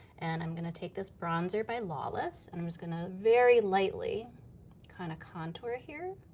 and i'm gonna take this bronzer by lawless, and i'm just gonna very lightly kind of contour here.